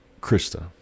Krista